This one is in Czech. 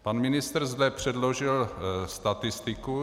Pan ministr zde předložil statistiku.